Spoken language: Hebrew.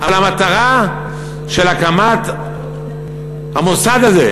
אבל המטרה של הקמת המוסד הזה,